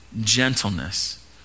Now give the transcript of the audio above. gentleness